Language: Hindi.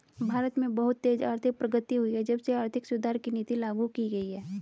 भारत में बहुत तेज आर्थिक प्रगति हुई है जब से आर्थिक सुधार की नीति लागू की गयी है